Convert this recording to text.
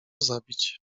zabić